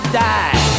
die